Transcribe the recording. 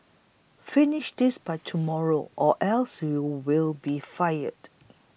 finish this by tomorrow or else you will be fired